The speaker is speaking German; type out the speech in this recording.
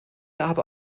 aber